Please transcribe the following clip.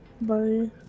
Bye